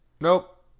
Nope